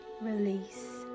release